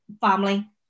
family